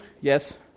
Yes